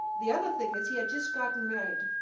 the other thing is he had just gotten married.